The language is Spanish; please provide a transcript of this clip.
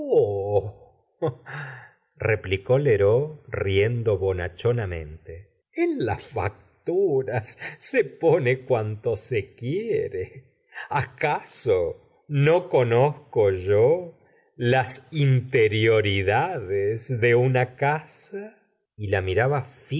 replicó lheureux riendo bonachona mente en las facturas se pone cuanto se quiere acaso no conozco yo las interioridades de una casa y la